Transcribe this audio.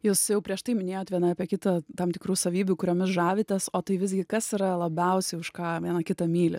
jūs jau prieš tai minėjot viena apie kitą tam tikrų savybių kuriomis žavitės o tai visgi kas yra labiausiai už ką viena kitą mylit